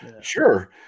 sure